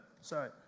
sorry